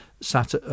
sat